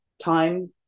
time